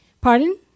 Pardon